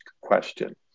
question